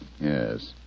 Yes